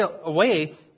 away